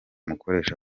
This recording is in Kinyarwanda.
mukoresha